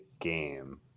game